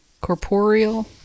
Corporeal